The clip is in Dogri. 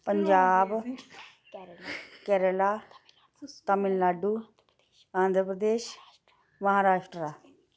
पंजाब केरला तमिलनाडु आंध्रप्रदेश महाराश्ट्रा